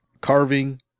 carving